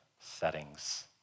settings